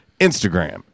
Instagram